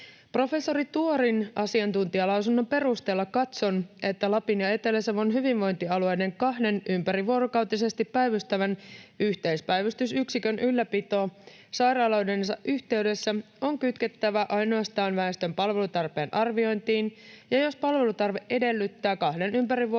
"Professori Tuorin asiantuntijalausunnon perusteella katson, että Lapin ja Etelä-Savon hyvinvointialueiden kahden ympärivuorokautisesti päivystävän yhteispäivystysyksikön ylläpito sairaaloidensa yhteydessä on kytkettävä ainoastaan väestön palvelutarpeen arviointiin, ja jos palvelutarve edellyttää kahden ympärivuorokautisesti